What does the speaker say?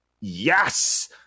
yes